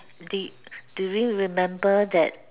did do you remember that